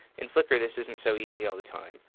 in flickr, this isn't so easy all the time.